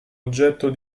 oggetto